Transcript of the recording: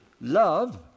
love